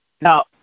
Now